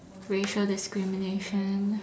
racial discrimination